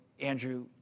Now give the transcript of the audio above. Andrew